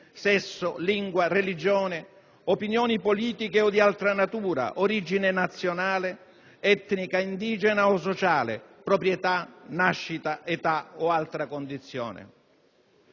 sesso, lingua, religione, opinioni politiche o di altra natura, origine nazionale, etnica, indigena o sociale, patrimonio, nascita, età o altra condizione».